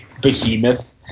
behemoth